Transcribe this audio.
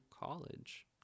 college